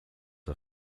are